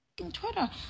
twitter